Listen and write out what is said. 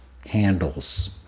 handles